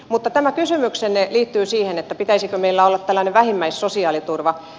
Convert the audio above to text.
mutta tämä kysymyksenne liittyy siihen pitäisikö meillä olla tällainen vähimmäissosiaaliturva